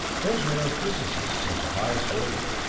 those men are physicists of the highest order.